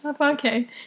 okay